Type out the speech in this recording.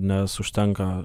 nes užtenka